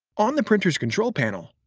on the printer's control panel,